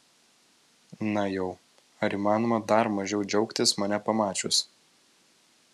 na jau ar įmanoma dar mažiau džiaugtis mane pamačius